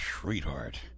sweetheart